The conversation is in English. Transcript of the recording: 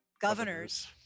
governors